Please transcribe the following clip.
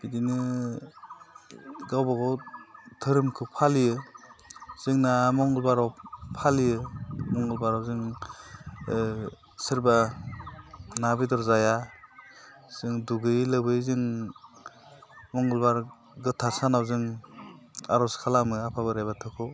बिदिनो गावबागाव धोरोमखौ फालियो जोंना मंगलबाराव फालियो मंगलबार जों सोरबा ना बेदर जाया जों दुगैयै लोबै जों मंगलबार गोथार सानाव जों आर'ज खालामो आफा बोराइ बाथौखौ